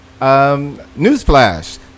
Newsflash